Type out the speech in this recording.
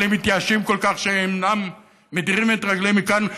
אבל הם מתייאשים כל כך שהם מדירים את רגליהם מכאן,